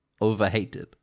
overhated